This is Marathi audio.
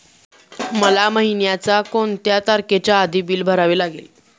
मला महिन्याचा कोणत्या तारखेच्या आधी बिल भरावे लागेल?